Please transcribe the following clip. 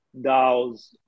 DAOs